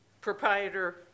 proprietor